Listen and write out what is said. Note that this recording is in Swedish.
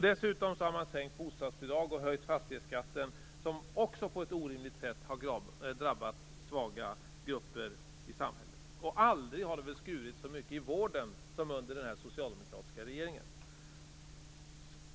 Dessutom har man sänkt bostadsbidragen och höjt fastighetsskatten, som också på ett orimligt sätt drabbat svaga grupper i samhället. Aldrig har det väl skurits i vården som under den här socialdemokratiska regeringen.